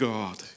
God